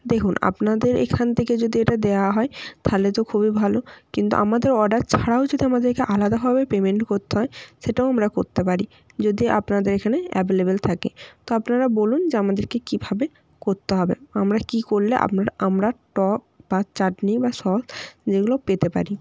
দেখুন আপনাদের এইখান থেকে যদি এটা দেওয়া হয় তাহলে তো খুবই ভালো কিন্তু আমাদের অর্ডার ছাড়াও যদি আমাদেরকে আলাদাভাবে পেমেন্ট করতে হয় সেটাও আমরা করতে পারি যদি আপনাদের এখানে অ্যাভেলেবেল থাকে তো আপনারা বলুন যে আমাদেরকে কীভাবে করতে হবে আমরা কী করলে আপনারা আমরা টক বা চাটনি বা সস যেগুলো পেতে পারি